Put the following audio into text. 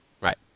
Right